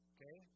Okay